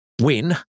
win